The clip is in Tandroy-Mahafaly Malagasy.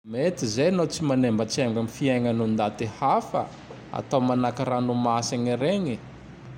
Mete zay nao tsy manembatsembagne fiagna ndaty hafa. Atao manaky ranomasigne regny.